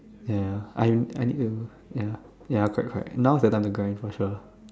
ya I'm anyway ya ya correct correct now is the time to grind for sure